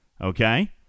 Okay